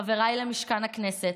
חבריי למשכן הכנסת,